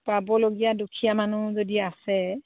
পাবলগীয়া দুখীয়া মানুহ যদি আছে